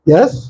Yes